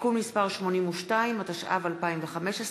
(תיקון מס' 82), התשע"ו 2015,